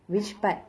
which part